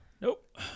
Nope